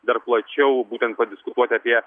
dar plačiau būtent padiskutuoti apie